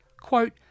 Quote